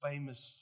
famous